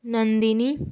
Nandini